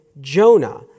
Jonah